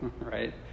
Right